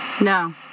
No